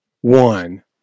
one